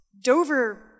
Dover